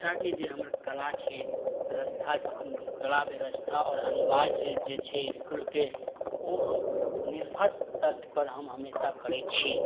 ताकि जे हमर कला छै व्यवस्था कला व्यवस्था आओर अनिवार्य जे छै इसकुलके ओ हम निर्भर तत्पर हम हमेशा करैत छी